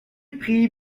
pris